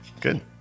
Good